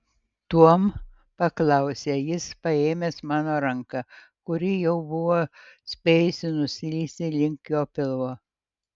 tuom paklausė jis paėmęs mano ranką kuri jau buvo spėjusi nuslysti link jo pilvo